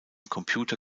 computer